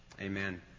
Amen